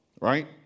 right